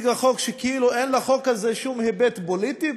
כאילו שאין לחוק הזה שום היבט פוליטי.